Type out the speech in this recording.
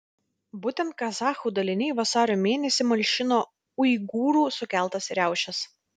būtent kazachų daliniai vasario mėnesį malšino uigūrų sukeltas riaušes